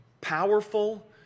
powerful